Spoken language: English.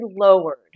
lowered